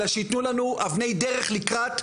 אלא שיתנו לנו אבני דרך לקראת,